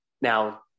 Now